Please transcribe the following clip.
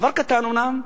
שוב, דבר קטן אומנם,